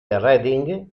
reading